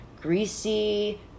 greasy